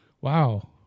wow